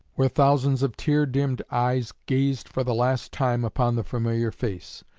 where thousands of tear-dimmed eyes gazed for the last time upon the familiar face.